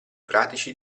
pratici